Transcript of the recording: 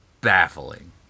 baffling